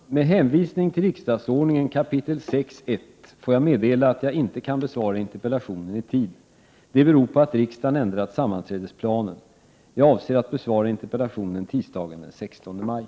Herr talman! Med hänvisning till riksdagsordningen kap. 6:1 får jag meddela att jag inte kan besvara interpellationen i tid. Det beror på att riksdagen ändrat sammanträdesplanen. Jag avser att besvara interpellationen tisdagen den 16 maj.